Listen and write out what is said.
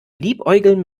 liebäugeln